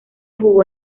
jugó